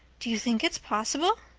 do you think it's possible?